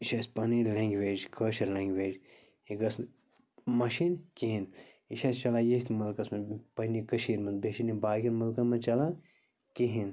یہِ چھِ اَسہِ پنٕنۍ لٮ۪نٛگویج کٲشِر لٮ۪نٛگویج یہِ گٔژھ نہٕ مَشِنۍ کِہیٖنۍ یہِ چھِ اَسہِ چَلان ییٚتھۍ مٕلکَس منٛز پنٛنہِ کٔشیٖرِ منٛز بیٚیہِ چھِنہٕ یِم باقِیَن مٕلکَن منٛز چَلان کِہیٖنۍ